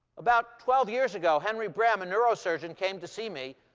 about twelve years ago, henry brem, a neurosurgeon, came to see me,